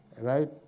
Right